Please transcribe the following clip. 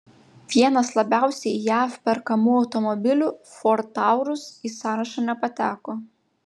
vienas labiausiai jav perkamų automobilių ford taurus į sąrašą nepateko